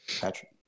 Patrick